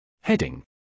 Heading